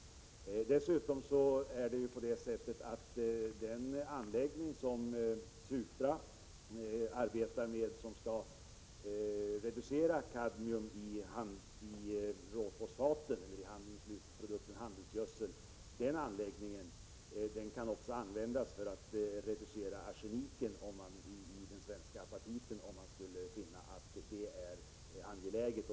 Dessutom är det så att Supras anläggning, där man arbetar för att reducera halten av kadmium i råfosfaten och därmed i slutprodukten handelsgödsel, också kan användas för att reducera arsenikhalten i den svenska apatiten, om man nu skulle finna det angeläget.